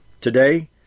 Today